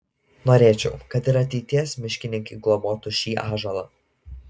norėčiau kad ir ateities miškininkai globotų šį ąžuolą